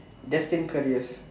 destined careers